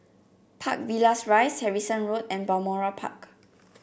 Park Villas Rise Harrison Road and Balmoral Park